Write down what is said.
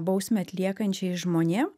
bausmę atliekančiais žmonėm